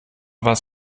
was